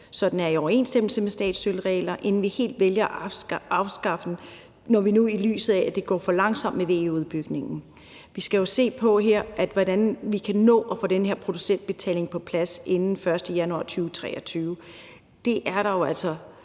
så den er i overensstemmelse med statsstøttereglerne, inden vi vælger helt at afskaffe den, set i lyset af at det går for langsomt med VE-udbygningen. Vi skal jo her se på, hvordan vi kan nå at få den her producentbetaling på plads inden den 1. januar 2023. Det er der jo altså